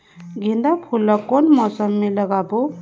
गेंदा फूल ल कौन मौसम मे लगाबो?